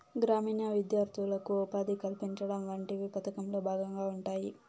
గ్రామీణ విద్యార్థులకు ఉపాధి కల్పించడం వంటివి పథకంలో భాగంగా ఉంటాయి